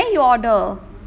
oh where you order